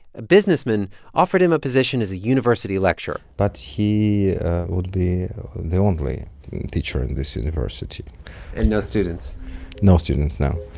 a businessman offered him a position as a university lecturer but he would be the only teacher in this university and no students no students, no